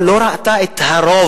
אבל היא לא ראתה את הרוב,